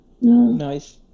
Nice